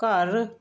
ਘਰ